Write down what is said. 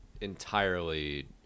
entirely